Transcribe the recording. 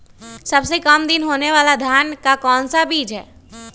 सबसे काम दिन होने वाला धान का कौन सा बीज हैँ?